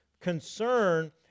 concern